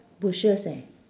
bushes eh